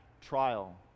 trial